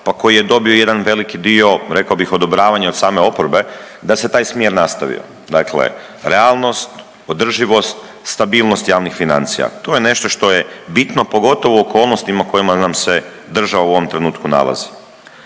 pa koji je dobio jedan veliki dio rekao bih odobravanja od same oporbe da se taj smjer nastavio, dakle realnost, održivost, stabilnost javnih financija. To je nešto što je bitno, pogotovo u okolnostima u kojima nam se država u ovom trenutku nalazi.